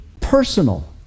personal